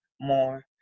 more